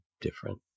different